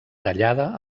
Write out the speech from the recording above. tallada